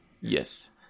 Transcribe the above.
yes